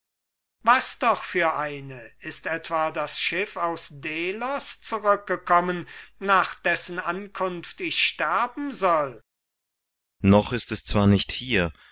was doch für eine ist etwa das schiff aus delos zurückgekommen nach dessen ankunft ich sterben soll kriton noch ist es zwar nicht hier